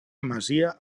masia